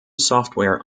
software